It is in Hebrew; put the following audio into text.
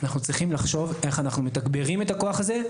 אנחנו צריכים לחשוב איך אנחנו מתגברים את הכוח הזה,